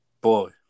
Boy